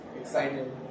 excited